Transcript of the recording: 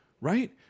right